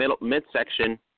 midsection